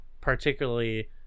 particularly